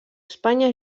espanya